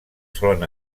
solen